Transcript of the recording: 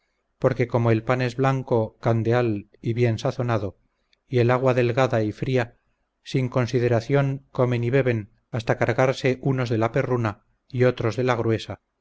porque como el pan es blanco candeal y bien sazonado y el agua delgada y fría sin consideración comen y beben hasta cargarse unos de la perruna y otros de la gruesa